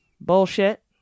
bullshit